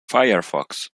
firefox